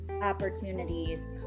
opportunities